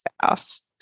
fast